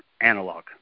analog